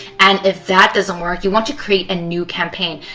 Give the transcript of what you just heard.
and if that doesn't work, you want to create a new campaign.